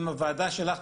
עם הוועדה שלך,